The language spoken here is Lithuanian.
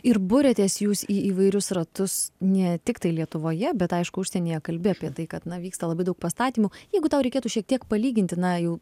ir buriatės jūs į įvairius ratus ne tiktai lietuvoje bet aišku užsienyje kalbi apie tai kad na vyksta labai daug pastatymų jeigu tau reikėtų šiek tiek palyginti na jau